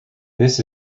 this